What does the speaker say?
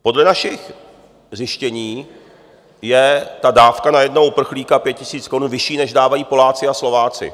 Podle našich zjištění je ta dávka na jednoho uprchlíka 5 000 korun vyšší, než dávají Poláci a Slováci.